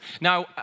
Now